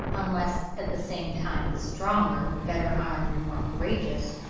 unless at the same time the stronger, better-armed, and more courageous,